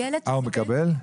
הוא מקבל?